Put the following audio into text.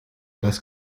das